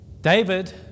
David